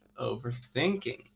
overthinking